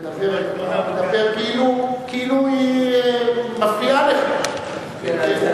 אתה מדבר כאילו היא מפריעה לך.